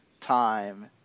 time